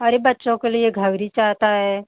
अरे बच्चों के लिए घघरी चाहता है